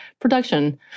production